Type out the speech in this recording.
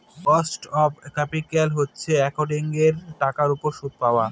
cost of capital হচ্ছে একাউন্টিঙের টাকার উপর সুদ পাওয়া